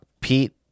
Pete